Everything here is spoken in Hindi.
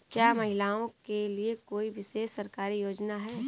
क्या महिलाओं के लिए कोई विशेष सरकारी योजना है?